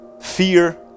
fear